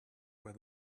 where